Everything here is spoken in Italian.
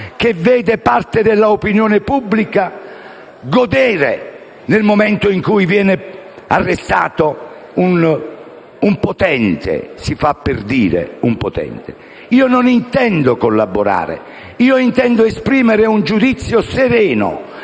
che vede parte dell'opinione pubblica godere nel momento in cui viene arrestato un potente (si fa per dire, "un potente"). Io non intendo collaborare. Io intendo esprimere un giudizio sereno